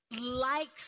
likes